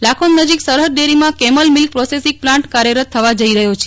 લાખોંદ નજીક સરહદ ડેરીમા કેમલ મિલ્ક પ્રોસેસિંગ પ્લાન્ટ કાર્યરત થવા જઈ કહયા છે